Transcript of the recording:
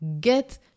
Get